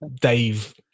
Dave